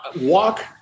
walk